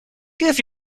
give